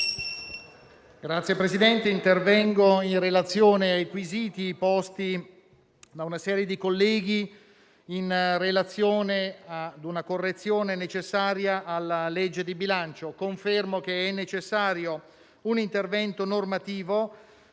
Signor Presidente, intervengo con riferimento ai quesiti posti da una serie di colleghi in relazione ad una correzione necessaria alla legge di bilancio. Confermo che è necessario un intervento normativo